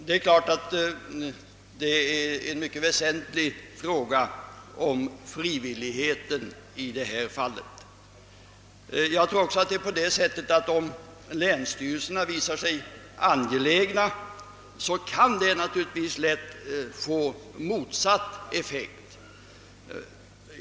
Det är klart att frågan om frivilligheten i detta fall är en mycket väsentlig sak. Om länsstyrelserna visar sig angelägna tror jag också att det lätt kan få en effekt rakt motsatt den avsedda.